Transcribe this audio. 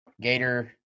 Gator –